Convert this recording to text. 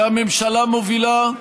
שהממשלה מובילה,